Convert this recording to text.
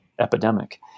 epidemic